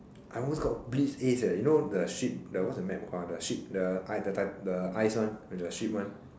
I almost got blitz ace eh you know the ship the what's the map called the ship the the the ice [one] into the ship [one]